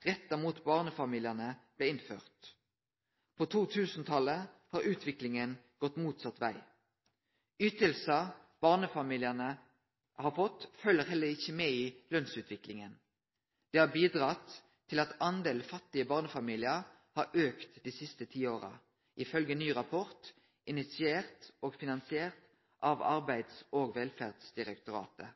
retta mot barnefamiliane blei innførte. På 2000-talet har utviklinga gått motsett veg. Ytingar barnefamiliane har fått, følgjer heller ikkje lønsutviklinga. Det har bidrege til at talet på fattige barnefamiliar har auka dei siste ti åra, ifølgje ein ny rapport initiert og finansiert av Arbeids- og velferdsdirektoratet.